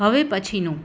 હવે પછીનું